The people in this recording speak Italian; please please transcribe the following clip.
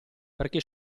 perché